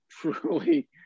truly